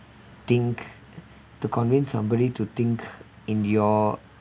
think to convince somebody to think in your